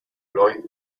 lloyd